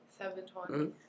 720